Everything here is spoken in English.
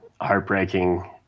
heartbreaking